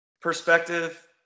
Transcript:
perspective